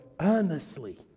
earnestly